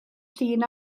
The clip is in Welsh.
llun